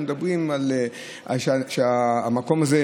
אנחנו אומרים שהמקום הזה,